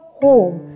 home